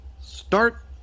start